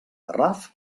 garraf